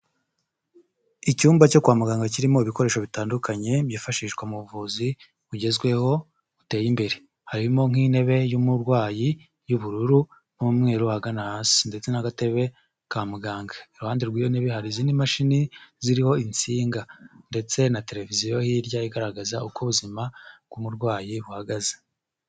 Icyumba cyo kwa muganga kirimo ibikoresho bitandukanye byifashishwa mu buvuzi bugezweho buteye imbere, harimo nk'intebe y'umurwayi y'ubururu n'umweru ahagana hasi ndetse n'agatebe ka muganga, iruhande rw'iyo ntebe hari izindi mashini ziriho insinga ndetse na televiziyo hirya igaragaza uko ubuzima bw'umurwayi buhagaze.